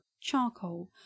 charcoal